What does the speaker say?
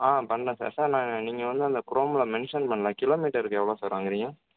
ஆ பண்ணலாம் sir sir நான் நீங்கள் வந்து அந்த குரோமில் மென்ஷன் பண்ணலை கிலோ மீட்டருக்கு எவ்வளோ சார் வாங்குறீங்க